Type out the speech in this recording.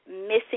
missing